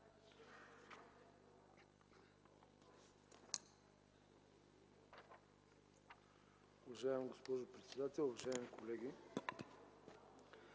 Уважаема госпожо председател, уважаеми колеги!